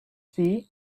see